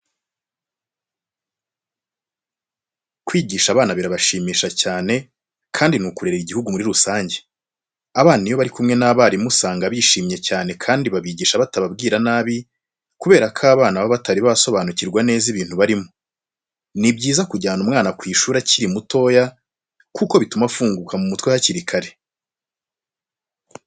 Kwigisha abana birashimisha cyane kandi ni ukurerera igihugu muri rusange. Abarimu iyo bari kumwe n'abana usanga bishimye cyane kandi babigisha batababwira nabi kubera ko abana baba batari basobanukirwa neza ibintu barimo. Ni byiza kujyana umwana ku ishuri akiri mutoya kuko bituma afunguka mu mutwe hakiri kare.